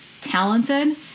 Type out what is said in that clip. talented